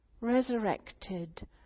resurrected